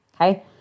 okay